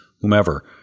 whomever